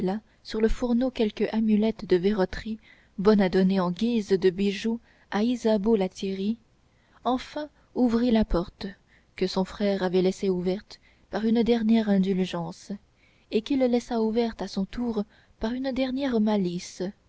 sur le fourneau quelque amulette de verroterie bonne à donner en guise de bijou à isabeau la thierrye enfin ouvrit la porte que son frère avait laissée ouverte par une dernière indulgence et qu'il laissa ouverte à son tour par une dernière malice